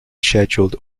scheduled